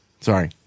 Sorry